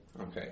Okay